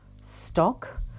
stock